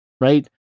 right